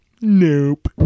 Nope